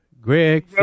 Greg